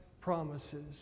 promises